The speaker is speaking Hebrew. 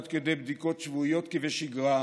עד כדי בדיקות שבועיות כבשגרה,